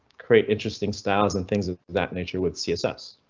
create interesting styles and things of that nature with css